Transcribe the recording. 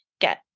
get